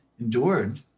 endured